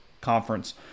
conference